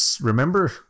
remember